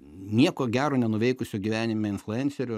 nieko gero nenuveikusio gyvenime influencerio